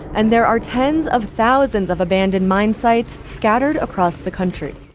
and there are tens of thousands of abandoned mine sites scattered across the country.